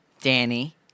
Danny